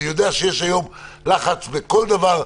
אני יודע שיש היום לחץ בכל דבר במדינה,